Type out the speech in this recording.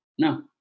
No